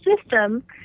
system